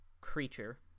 creature